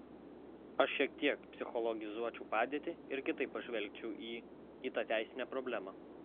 aš šiek tiek psichologizuočiau padėtį ir kitaip pažvelgčiau į į tą teisinę problemą